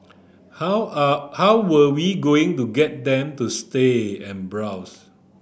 how are how were we going to get them to stay and browse